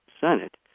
Senate